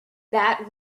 that